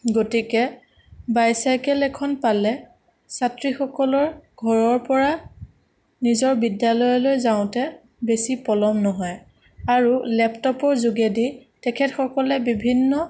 গতিকে বাইচাইকেল এখন পালে ছাত্ৰীসকলৰ ঘৰৰ পৰা নিজৰ বিদ্যালয়লৈ যাওঁতে বেছি পলম নহয় আৰু লেপটপৰ যোগেদি তেখেতসকলে বিভিন্ন